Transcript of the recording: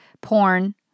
porn